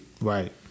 right